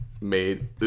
made